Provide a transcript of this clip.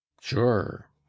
sure